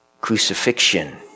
Crucifixion